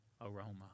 aroma